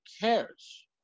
cares